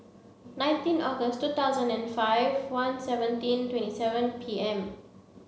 nineteen August two thousand and five one seventeen twenty seven P M